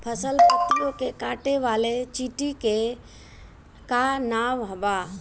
फसल पतियो के काटे वाले चिटि के का नाव बा?